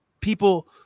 people